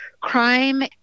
crime